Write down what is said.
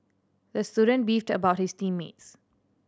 the student beefed about his team mates